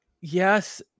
yes